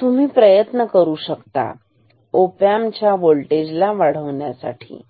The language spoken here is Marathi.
तुम्ही प्रयत्न करू शकता ओपॅम्प च्या व्होल्टेज ला वाढविण्यासाठी